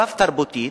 רב-תרבותית,